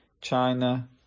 China